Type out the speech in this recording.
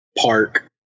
park